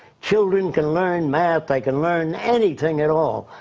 children can learn math, they can learn anything at all.